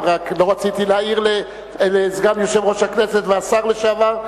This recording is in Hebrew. רק לא רציתי להעיר לסגן יושב-ראש הכנסת והשר לשעבר.